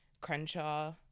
crenshaw